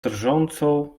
drżącą